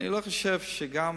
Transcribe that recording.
אני לא חושב שגם